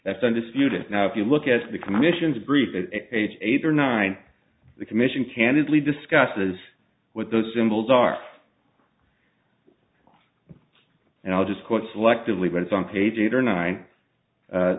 that's undisputed now if you look at the commission's brief at age eight or nine the commission candidly discusses what those symbols are and i'll just quote selectively but it's on page eight or nine